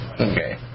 Okay